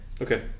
Okay